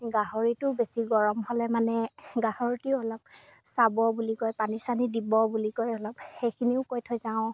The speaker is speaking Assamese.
গাহৰিটো বেছি গৰম হ'লে মানে গাহৰিটোৱে অলপ চাব বুলি কৈ পানী চানী দিব বুলি কৈ অলপ সেইখিনিও কৈ থৈ যাওঁ